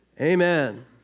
Amen